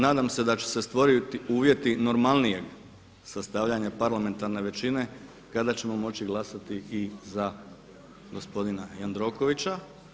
Nadam se da će se stvoriti uvjeti normalnijeg sastavljanja parlamentarne većine kada ćemo moći glasati i za gospodina Jandrokovića.